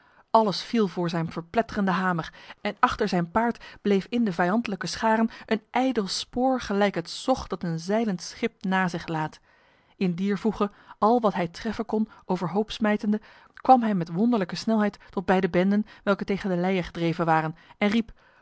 alles viel voor zijn pletterende hamer en achter zijn paard bleef in de vijandlijke scharen een ijdel spoor gelijk het zog dat een zeilend schip na zich laat in dier voege al wat hij treffen kon overhoop smijtende kwam hij met wonderlijke snelheid tot bij de benden welke tegen de leie gedreven waren en riep